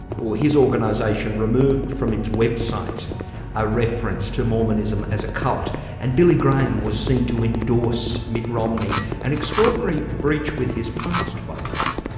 or his organisation, removed from its website a reference to mormonism as a cult and billy graham was seen to endorse mitt romney an extraordinary breech with his past by the way.